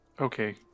okay